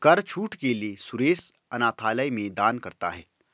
कर छूट के लिए सुरेश अनाथालय में दान करता है